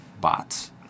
bots